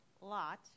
lot